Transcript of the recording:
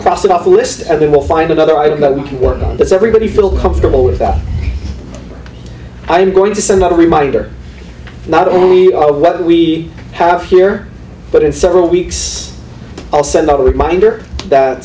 cross it off the list and they will find another item that we can work with everybody feel comfortable with that i'm going to send out a reminder not only of what we have here but in several weeks i'll send out a reminder that